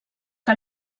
que